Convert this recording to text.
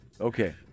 Okay